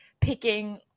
picking